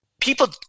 people